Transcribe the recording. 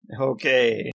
Okay